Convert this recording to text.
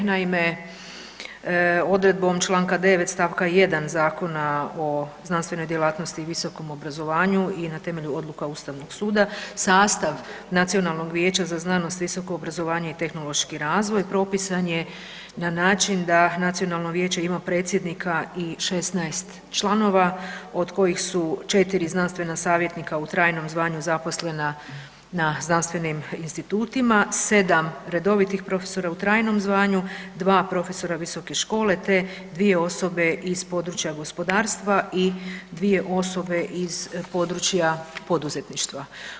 Naime, odredbom Članka 9. stavka 1. Zakona o znanstvenoj djelatnosti i visokom obrazovanju i na temelju odluka Ustavnog suda sastav nacionalnog vijeća za znanost, visoko obrazovanje i tehnološki razvoj propisan je na način da nacionalno vijeće ima predsjednika i 16 članova od kojih su 4 znanstvena savjetnika u trajnom zvanju zaposlena na znanstvenim institutima, 7 redovitih profesora u trajnom zvanju, 2 profesora visoke škole te 2 osobe iz područja gospodarstva i 2 osobe iz područja poduzetništva.